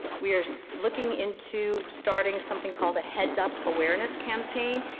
we are looking into starting something called a heads up awareness campaign.